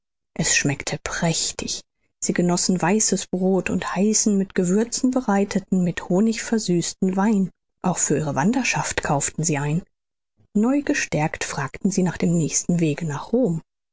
es schmeckte prächtig sie genossen weißes brot und heißen mit gewürzen bereiteten mit honig versüßten wein auch für ihre wanderschaft kauften sie ein neugestärkt fragten sie nach dem nächsten wege nach rom